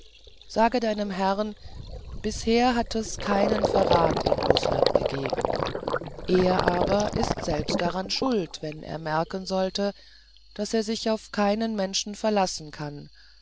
sage deinem herrn bisher hat es keinen verrat in rußland gegeben er aber ist selbst daran schuld wenn er bemerken sollte daß er sich auf keinen menschen verlassen kann